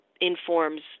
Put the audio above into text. informs